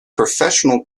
professional